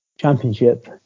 championship